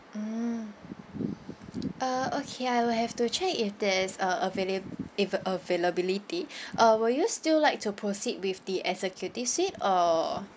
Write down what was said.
mm uh okay I will have to check if there's uh availa~ if availability uh will you still like to proceed with the executive suite or